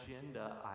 agenda